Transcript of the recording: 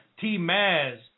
T-Maz